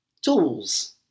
Tools